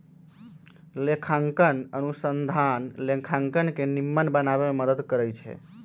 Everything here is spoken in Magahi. लेखांकन अनुसंधान लेखांकन के निम्मन बनाबे में मदद करइ छै